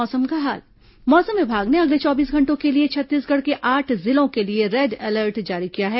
मौसम मौसम विभाग ने अगले चौबीस घंटों के लिए छत्तीसगढ़ के आठ जिलों के लिए रेड अलर्ट जारी किया है